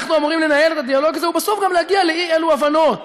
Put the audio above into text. אנחנו אמורים לנהל את הדיאלוג הזה ובסוף גם להגיע לאי-אלו הבנות.